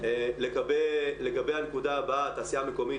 לגבי הנקודה הבאה התעשייה המקומית,